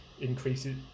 increases